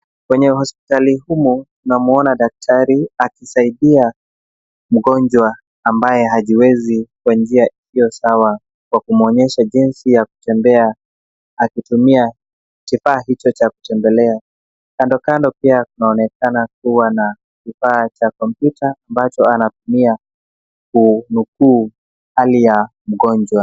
Kwenye hospitalini humu, tunamwona daktari akisaidia mgonjwa ambaye hajiwezi kwa njia iliyo sawa kwa kumwonyesha jinsi ya kutembea akitumia kifaa hicho cha kutembelea Kando kando pia kunaonekana kuwa na kifaa cha kompyuta ambacho anatumia kunukuu hali ya mgonjwa.